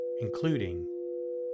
including